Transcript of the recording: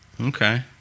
okay